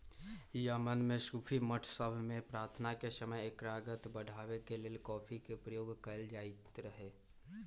Yemen में सूफी मठ सभ में प्रार्थना के समय एकाग्रता बढ़ाबे के लेल कॉफी के प्रयोग कएल जाइत रहै